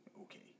Okay